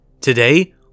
Today